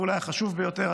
ואולי החשוב ביותר,